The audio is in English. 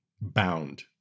bound